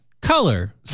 Color